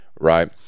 right